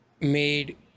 made